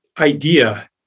idea